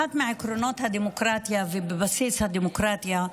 אחד מהעקרונות הדמוקרטיה ובסיס הדמוקרטיה,